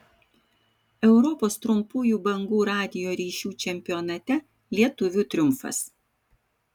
europos trumpųjų bangų radijo ryšių čempionate lietuvių triumfas